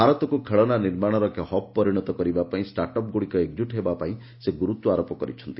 ଭାରତକୁ ଖେଳନା ନିର୍ମାଶର ଏକ ହବ୍ ପରିଶତ କରିବା ପାଇଁ ଷ୍ଟାର୍ଟ୍ ଅପ୍ ଗୁଡ଼ିକ ଏକଜୁଟ୍ ହେବା ପାଇଁ ସେ ଗୁରୁତ୍ୱାରୋପ କରିଛନ୍ତି